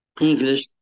English